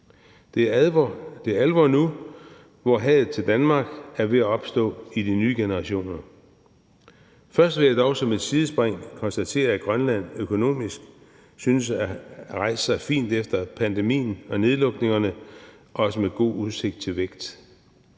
Det er alvor nu, hvor hadet til Danmark er ved at opstå i de nye generationer. Først vil jeg dog som et sidespring konstatere, at Grønland økonomisk synes at have rejst sig fint efter pandemien og nedlukningerne, også med god udsigt til vækst.